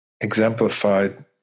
exemplified